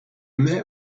mets